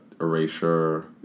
erasure